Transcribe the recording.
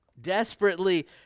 Desperately